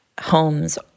homes